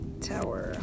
tower